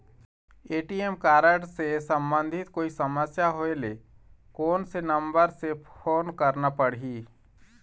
ATM card से संबंधित कोई समस्या होय ले, कोन से नंबर से फोन करना पढ़ही?